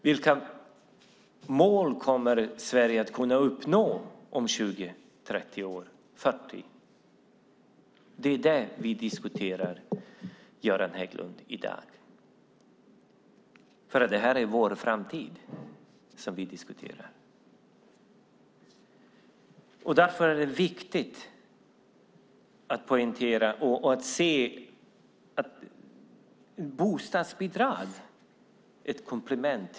Vilka mål kommer Sverige att kunna uppnå om 20, 30 eller 40 år? Det är det vi diskuterar i dag, Göran Hägglund. Det är vår framtid som vi diskuterar. Därför är det viktigt att poängtera och att se att bostadsbidrag är ett komplement.